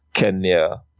Kenya